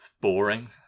boring